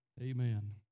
Amen